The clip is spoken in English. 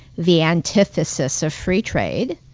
the antithesis of free trade,